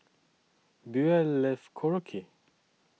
Buell Love Korokke